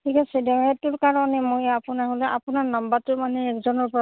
ঠিক আছে দিয়ক সেইটোৰ কাৰণে মই আপোনাৰ হ'লে আপোনাৰ নাম্বাৰটো মানে এজনৰ পৰা